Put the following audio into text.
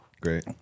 Great